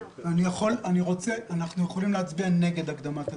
אנחנו יכולים להצביע נגד הקדמת הדיון.